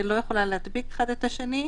שלא יכולים להדביק אחד את השני,